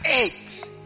eight